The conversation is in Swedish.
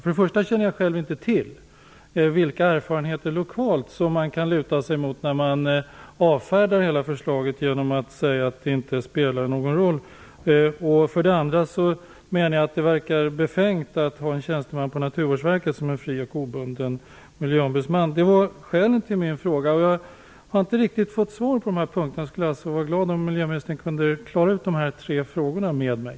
För det första känner jag själv inte till vilka erfarenheter lokalt som man kan luta sig mot när man avfärdar hela förslaget genom att säga att det inte spelar någon roll. För det andra menar jag att det verkar befängt att ha en tjänsteman på Naturvårdsverket som en fri och obunden miljöombudsman. Det var skälen till min fråga. Jag har inte riktigt fått svar på de här punkterna och skulle alltså vara glad om miljöministern kunde klara ut de här tre frågorna med mig.